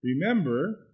remember